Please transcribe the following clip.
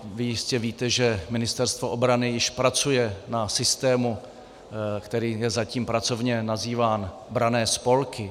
Vy jistě víte, že Ministerstvo obrany již pracuje na systému, který je zatím pracovně nazýván branné spolky.